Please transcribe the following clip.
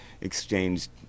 exchanged